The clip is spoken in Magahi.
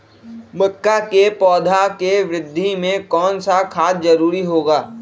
मक्का के पौधा के वृद्धि में कौन सा खाद जरूरी होगा?